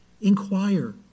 Inquire